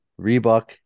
Reebok